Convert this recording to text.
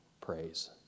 praise